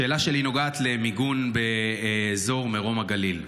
השאלה שלי נוגעת למיגון באזור מרום הגליל,